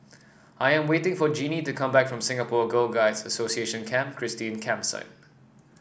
I am waiting for Genie to come back from Singapore Girl Guides Association Camp Christine Campsite